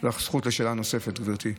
יש לך זכות לשאלה נוספת, גברתי.